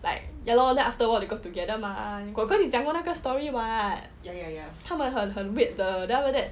like ya lor then afterwards they together mah 跟你讲过那个 story [what] ya ya ya 他们很恨 weird 的 then after that